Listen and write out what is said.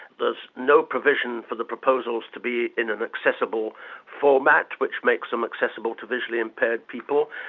there's no provision for the proposals to be in an accessible format, which makes them accessible to visually impaired people.